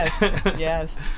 Yes